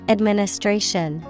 Administration